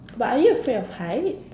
but are you afraid of height